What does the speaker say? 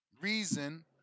reason